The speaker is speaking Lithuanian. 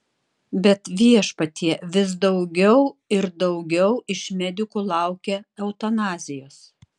bet viešpatie vis daugiau ir daugiau iš medikų laukia eutanazijos